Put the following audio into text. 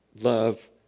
love